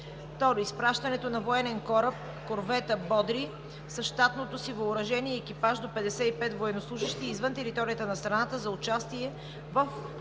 Второ, изпращането на военен кораб – корвета „Бодри“, с щатното си въоръжение и екипаж до 55 военнослужещи извън територията на страната за участие в